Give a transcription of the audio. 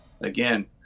again